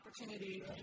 opportunity